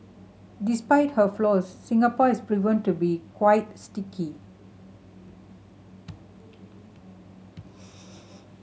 despite her flaws Singapore has proven to be quite sticky